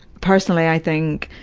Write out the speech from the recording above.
personally i think,